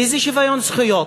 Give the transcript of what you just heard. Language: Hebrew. איזה שוויון זכויות?